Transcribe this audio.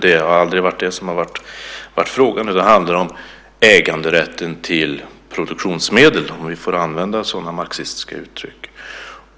Det har aldrig varit fråga om det, utan det handlar om äganderätten till produktionsmedlen, om vi får använda sådana marxistiska uttryck.